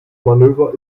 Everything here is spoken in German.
manöver